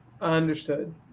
Understood